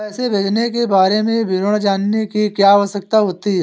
पैसे भेजने के बारे में विवरण जानने की क्या आवश्यकता होती है?